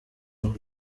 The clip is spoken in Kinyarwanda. ubu